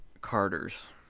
Carters